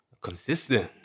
consistent